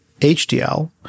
HDL